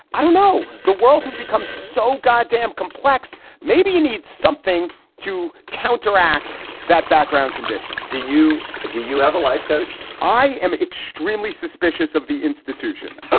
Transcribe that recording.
i don't know. the world has become so goddamn complex. maybe you need something to counteract that background condition. do you. you. do you have a life coach? i am extremely suspicious of the institution